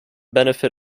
benefit